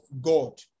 God